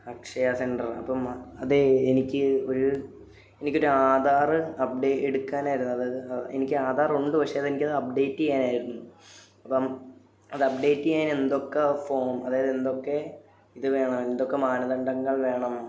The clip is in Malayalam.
അക്ഷയ സെൻ്റെർ അപ്പം അതേ എനിക്ക് ഒരു എനിക്കൊരാധാറ് അപ്ഡേറ്റ് എടുക്കാനായിരുന്നു അതായത് എനിക്ക് ആധാറുണ്ട് പക്ഷേ അതെനിക്കത് അപ്ഡേറ്റ് ചെയ്യാനായിരുന്നു അപ്പം അപ്ഡേറ്റ് ചെയ്യാൻ എന്തൊക്ക ഫോം അതായത് എന്തൊക്കെ ഇത് വേണം എന്തൊക്കെ മാനദണ്ഡങ്ങൾ വേണം